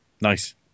Nice